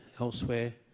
elsewhere